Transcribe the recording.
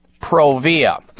Provia